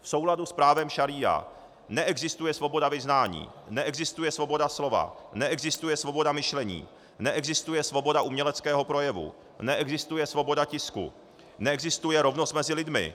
V souladu s právem šaría neexistuje svoboda vyznání, neexistuje svoboda slova, neexistuje svoboda myšlení, neexistuje svoboda uměleckého projevu, neexistuje svoboda tisku, neexistuje rovnost mezi lidmi.